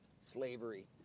slavery